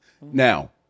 now